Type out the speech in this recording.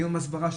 היום הסברה,